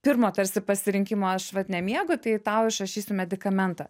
pirmo tarsi pasirinkimo aš vat nemiegu tai tau išrašysiu medikamentą